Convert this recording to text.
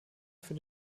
für